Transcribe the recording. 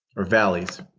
or valleys.